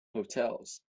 hotels